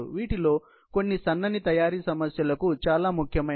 వీటిలో కొన్ని సన్నని తయారీ సమస్యలకు చాలా ముఖ్యమైనవి